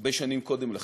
הרבה שנים קודם לכן,